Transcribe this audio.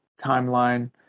timeline